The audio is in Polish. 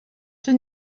czy